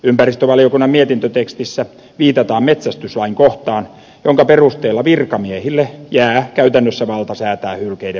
ympäristövaliokunnan mietintötekstissä viitataan metsästyslain kohtaan jonka perusteella virkamiehille jää käytännössä valta säätää hylkeiden metsästyksestä